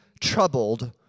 troubled